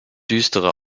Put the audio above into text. düstere